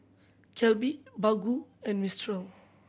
Calbee Baggu and Mistral